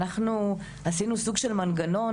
אנחנו נשינו סוג של מנגנון,